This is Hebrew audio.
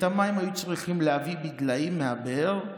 את המים היו צריכים להביא בדליים מהבאר,